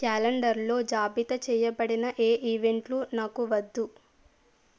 క్యాలెండర్లో జాబితా చేయబడిన ఏ ఈవెంట్లు నాకు వద్దు